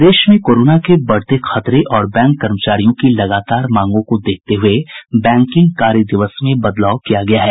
प्रदेश में कोरोना के बढ़ते संक्रमण और बैंक कर्मचारियों की लगातार मांगों को देखते हुये बैंकिंग कार्य दिवस में बदलाव किया गया है